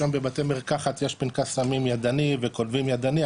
שם בבתי מרקחת יש פנקס סמים ידני וכותבים ידני,